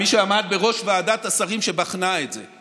כמי שעמד בראש ועדת השרים שבחנה את זה: